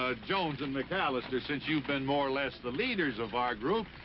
ah jones and mccallister, since you've been more or less the leaders of our group,